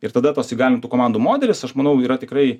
ir tada tas įgalintų komandų modelis aš manau yra tikrai